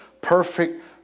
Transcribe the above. perfect